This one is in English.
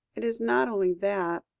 it is not only that.